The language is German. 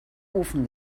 ofen